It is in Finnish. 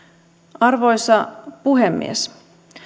arvoisa puhemies